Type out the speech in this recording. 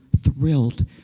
thrilled